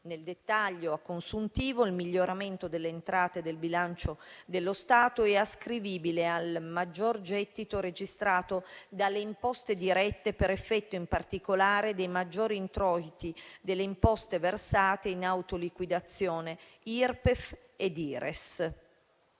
Nel dettaglio a consuntivo, il miglioramento delle entrate del bilancio dello Stato è ascrivibile al maggior gettito registrato dalle imposte dirette per effetto, in particolare, dei maggiori introiti delle imposte versate in autoliquidazione Irpef ed Ires.